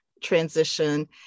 transition